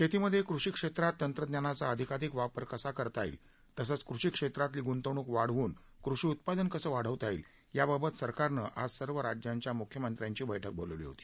शेतीमधे कृषी क्षेत्रात तंत्रज्ञानाचा अधिकाधिक वापर कसा करता येईल तसंच कृषी क्षेत्रातली गुंतवणूक वाढवून कृषी उत्पादन कसं वाढवता येईल याबाबत सरकारनं आज सर्व राज्यांच्या मुख्यमंत्र्यांची बैठक बोलावली होती